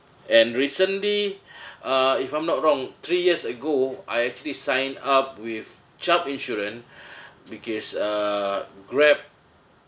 and recently uh if I'm not wrong three years ago I actually sign up with chubb insurance because uh grab